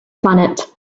planet